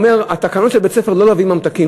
הוא אומר שהתקנות של בית-הספר הן לא להביא ממתקים,